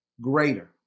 greater